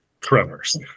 Tremors